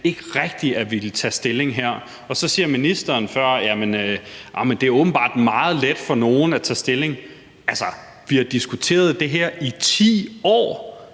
ikke rigtig at ville tage stilling her. Og så siger ministeren før, at det åbenbart er meget let for nogle at tage stilling. Altså, vi har diskuteret det her i 10 år.